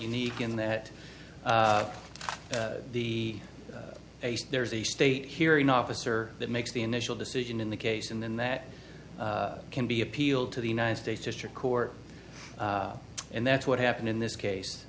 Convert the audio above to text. unique in that the there is a state hearing officer that makes the initial decision in the case and then that can be appealed to the united states district court and that's what happened in this case